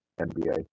NBA